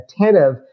attentive